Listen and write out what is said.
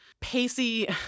Pacey